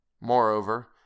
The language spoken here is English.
Moreover